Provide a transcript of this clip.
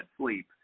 sleep